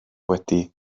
wedi